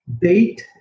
date